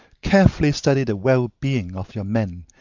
carefully study the well-being of your men,